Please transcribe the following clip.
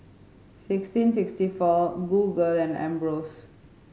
sixteen sixty four Google and Ambros